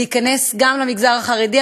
להיכנס גם למגזר החרדי.